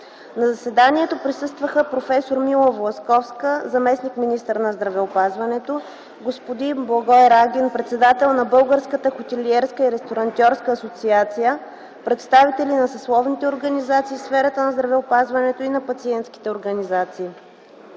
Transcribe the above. На заседанието присъстваха проф. Мила Власковска – заместник–министър на здравеопазването, господин Благой Рагин – председател на Българската хотелиерска и ресторантьорска асоциация, представители на съсловните организации в сферата на здравеопазването и на пациентски организации.